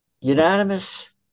unanimous